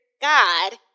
God